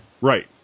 Right